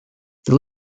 this